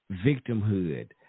victimhood